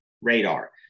radar